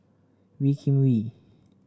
Wee Kim Wee